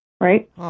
Right